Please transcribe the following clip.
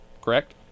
correct